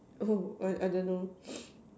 oh I I don't know